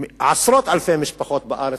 עשרות אלפי משפחות בארץ,